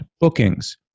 bookings